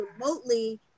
remotely